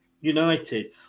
United